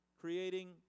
creating